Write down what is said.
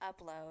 upload